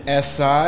SI